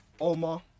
Omar